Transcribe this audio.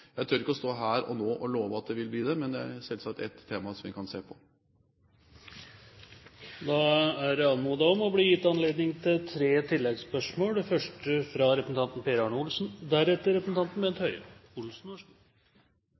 Jeg tør ikke stå her og nå å love at det vil bli det, men det er selvsagt ett tema som vi kan se på. Det er anmodet om og blir gitt anledning til tre oppfølgingsspørsmål – først Per Arne Olsen.